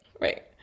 Right